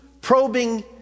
probing